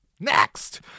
Next